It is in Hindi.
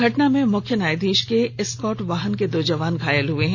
घटना में मुख्य न्यायाधीश के एस्कॉर्ट वाहन के दो जवान घायल हो गए हैं